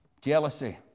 jealousy